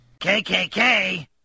KKK